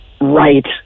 right